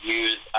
use